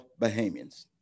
Bahamians